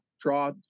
Draw